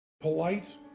polite